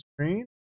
screen